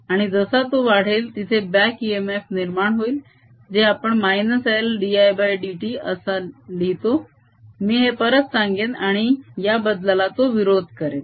आणि जसा तो वाढेल तिथे ब्याक इएमएफ निर्माण होईल जे आपण -L dIdt असा लिहितो मी हे परत सांगेन आणि या बदलाला तो विरोध करेल